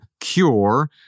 cure